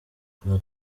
tukaba